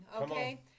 okay